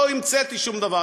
לא המצאתי שום דבר,